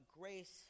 grace